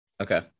okay